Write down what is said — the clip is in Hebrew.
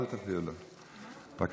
אל תפריעו לו.